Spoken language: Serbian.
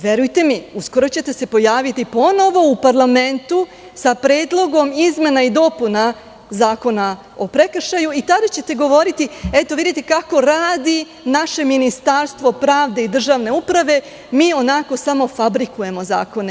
Verujte mi, uskoro ćete se pojaviti ponovo u parlamentu sa predlogom izmena i dopuna Zakona o prekršaju, i tada ćete govoriti – eto, vidite kako radi naše Ministarstvo pravde i državne uprave, mi samo fabrikujemo zakone.